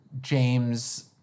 James